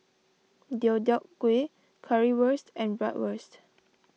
Deodeok Gui Currywurst and Bratwurst